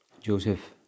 Joseph